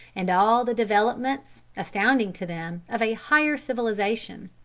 and all the developments, astounding to them, of a higher civilization.